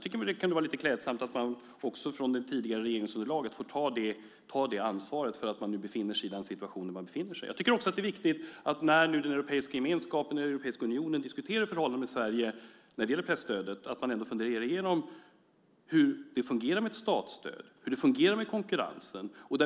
Det kunde vara lite klädsamt om man också från det tidigare regeringsunderlaget tog ansvar för att vi nu befinner oss i den situation som vi befinner oss i. Nu när Europeiska gemenskapen och Europeiska unionen diskuterar förhållandena i Sverige när det gäller presstödet är det viktigt att fundera igenom hur det fungerar med ett statsstöd och hur det fungerar med konkurrensen.